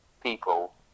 people